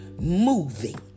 moving